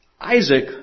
Isaac